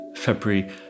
February